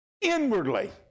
inwardly